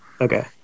Okay